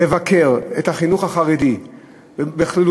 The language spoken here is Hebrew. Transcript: לבקר את החינוך החרדי בכללותו,